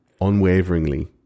unwaveringly